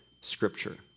scripture